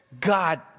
god